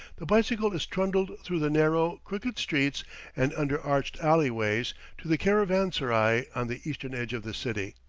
the bicycle is trundled through the narrow, crooked streets and under arched alleyways, to the caravanserai on the eastern edge of the city.